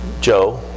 Joe